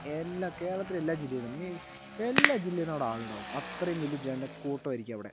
എല്ലാ കേരളത്തിലെല്ലാ ജില്ലയിലും എല്ലാ ജില്ലയിൽ നിന്നും അവിടെ ആളുണ്ടാവും അത്രയും വലിയ ജനക്കൂട്ടം ആയിരിക്കും അവിടെ